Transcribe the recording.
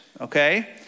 okay